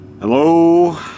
Hello